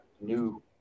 new